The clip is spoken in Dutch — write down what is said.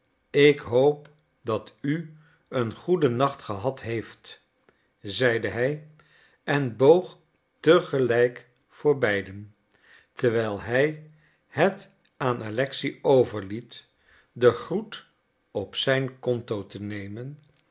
ik hoop dat u een goeden nacht gehad heeft zeide hij en boog te gelijk voor beiden terwijl hij het aan alexei overliet den groet op zijn conto te nemen